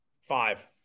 Five